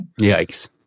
Yikes